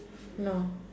no